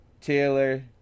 Taylor